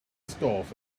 scarf